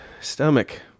Stomach